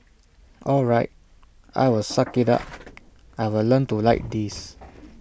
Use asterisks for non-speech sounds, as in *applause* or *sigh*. all right I'll suck IT up *noise* I'll learn to like this *noise*